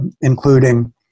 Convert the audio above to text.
including